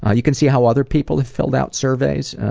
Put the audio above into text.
ah you can see how other people have filled out surveys.